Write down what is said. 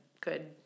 good